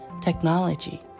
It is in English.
technology